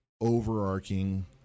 overarching